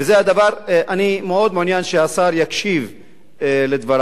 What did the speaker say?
זה דבר שאני מאוד מעוניין שהשר יקשיב לדברי,